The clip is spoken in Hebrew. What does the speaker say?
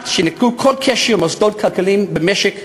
שינתקו כל קשר עם מוסדות כלכליים במשק הישראלי.